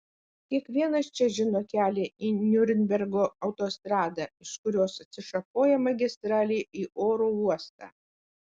kiekvienas čia žino kelią į niurnbergo autostradą iš kurios atsišakoja magistralė į oro uostą